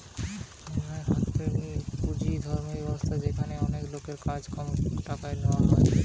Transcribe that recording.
crowd funding হতিছে গটে পুঁজি উর্ধের ব্যবস্থা যেখানে অনেক লোকের কাছে কম করে টাকা নেওয়া হয়